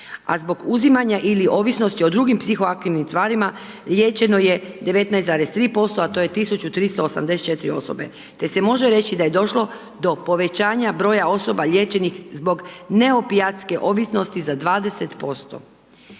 a zbog uzimanja ili ovisnosti o drugim psihoaktivnim tvarima liječeno je 19,3%, a to je 1.384 osobe te se može reći da je došlo do povećanja broja osoba liječenih zbog ne opijatske ovisnosti za 20%.